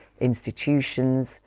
institutions